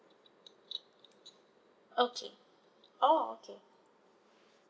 okay oh okay